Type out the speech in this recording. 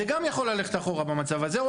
זה גם יכול ללכת אחורה במצב הזה או